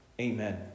Amen